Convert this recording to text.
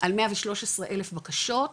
על 113,000 בקשות,